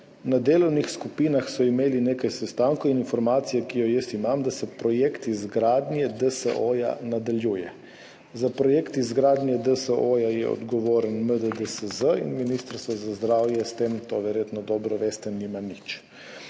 Na delovnih skupinah so imeli nekaj sestankov in informacija, ki jo jaz imam, je, da se projekt izgradnje DSO nadaljuje. Za projekt izgradnje DSO je odgovoren MDDSZ in Ministrstvo za zdravje s tem, to verjetno dobro veste, nima nič.